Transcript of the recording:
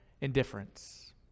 indifference